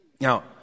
Now